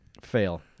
Fail